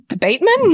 Bateman